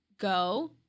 go